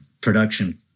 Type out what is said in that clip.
production